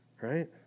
Right